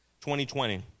2020